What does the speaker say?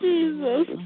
Jesus